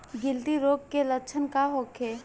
गिल्टी रोग के लक्षण का होखे?